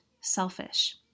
selfish